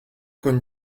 con